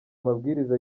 amabwiriza